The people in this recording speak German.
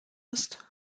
ist